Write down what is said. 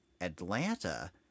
atlanta